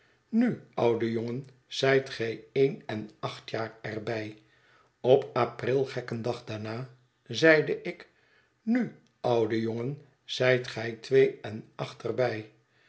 nu oude jongen zijt gij één en een acht er bij op april gekken dag daarna zeide ik nu oude jongen zijt ge twee en een acht er bij